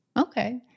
Okay